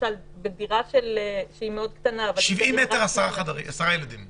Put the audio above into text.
בדירה שהיא מאוד קטנה --- עשרה ילדים ב-70 מטר.